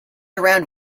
around